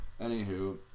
Anywho